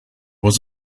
was